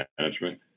management